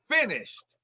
finished